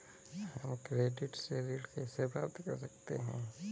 हम credit card से ऋण कैसे प्राप्त कर सकते हैं?